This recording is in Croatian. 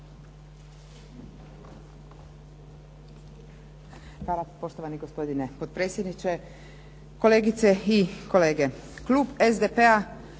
Hvala poštovani gospodine potpredsjedniče, kolegice i kolege. Klub SDP-a